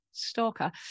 Stalker